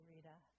Rita